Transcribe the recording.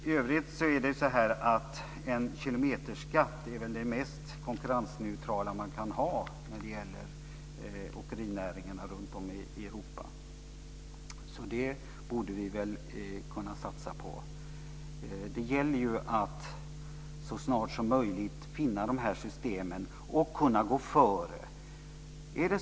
I övrigt är en kilometerskatt det mest konkurrensneutrala man kan ha när det gäller åkerinäringarna runtom i Europa. Det borde vi väl kunna satsa på. Det gäller ju att så snart som möjligt finna de här systemen och kunna gå före.